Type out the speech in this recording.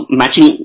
matching